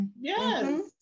yes